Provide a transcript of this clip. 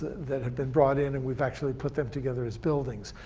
that have been brought in, and we've actually put them together as buildings.